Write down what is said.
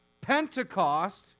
Pentecost